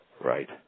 Right